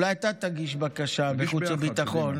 אולי אתה תגיש בקשה בחוץ וביטחון